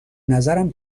نظرم